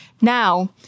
Now